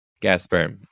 Gasper